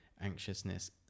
anxiousness